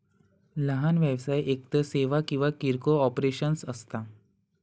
लहान व्यवसाय एकतर सेवा किंवा किरकोळ ऑपरेशन्स असता